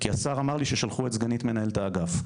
כי השר אמר לי ששלחו את סגנית מנהלת האגף,